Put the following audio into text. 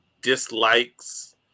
dislikes